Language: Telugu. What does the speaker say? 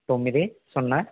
తొమ్మిది సున్నా